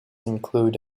include